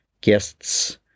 guests